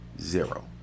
zero